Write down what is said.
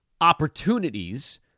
opportunities